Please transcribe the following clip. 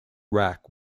rack